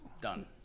done